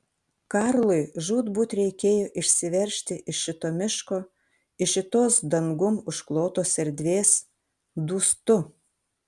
karlui žūtbūt reikėjo išsiveržti iš šito miško iš šitos dangum užklotos erdvės dūstu